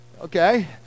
Okay